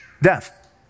Death